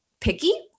picky